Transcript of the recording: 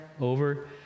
over